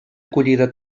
acollida